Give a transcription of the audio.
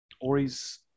Ori's